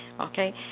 Okay